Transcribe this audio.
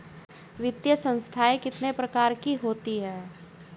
वित्तीय संस्थाएं कितने प्रकार की होती हैं?